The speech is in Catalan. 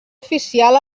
oficial